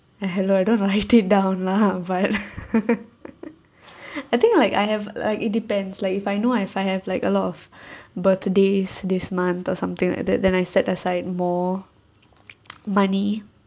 eh hello I don't write it down lah but I think like I have like it depends like if I know if I have like a lot of birthdays this month or something like that then I set aside more money